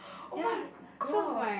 oh my god